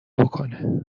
بکنه